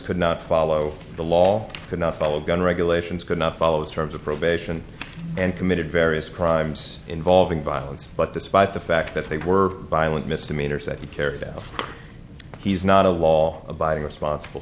could not follow the law cannot follow gun regulations could not follow his terms of probation and committed various crimes involving violence but despite the fact that they were violent misdemeanors that he carried out he's not a law abiding responsible